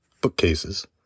bookcases